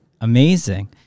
Amazing